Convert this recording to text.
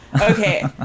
Okay